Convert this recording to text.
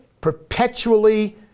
perpetually